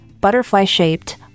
butterfly-shaped